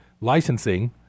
licensing